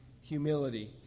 humility